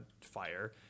fire